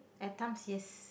I pump c_s